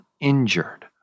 injured